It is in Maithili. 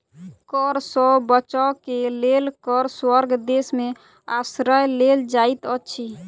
कर सॅ बचअ के लेल कर स्वर्ग देश में आश्रय लेल जाइत अछि